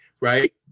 right